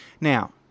now